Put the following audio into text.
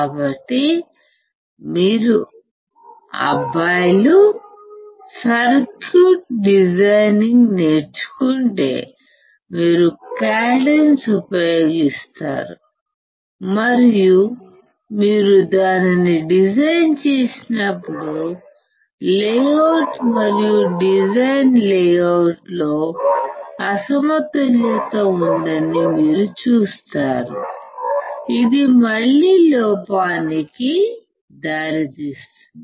కాబట్టి మీరు అబ్బాయిలు సర్క్యూట్ డిజైనింగ్ నేర్చుకుంటే మీరు కాడెన్స్ ఉపయోగిస్తారు మరియు మీరు దానిని డిజైన్ చేసినప్పుడు లేఅవుట్ మరియు డిజైన్ లేఅవుట్లో అసమతుల్యత ఉందని మీరు చూస్తారు ఇది మళ్ళీ లోపానికి దారి తీస్తుంది